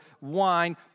wine